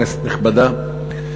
כנסת נכבדה,